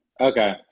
Okay